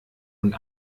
und